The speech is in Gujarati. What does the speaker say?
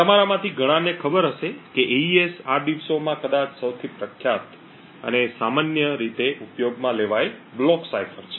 તમારામાંથી ઘણાને ખબર હશે કે એઇએસ આ દિવસોમાં કદાચ સૌથી પ્રખ્યાત અથવા સામાન્ય રીતે ઉપયોગમાં લેવાયેલ બ્લોક સાઇફર છે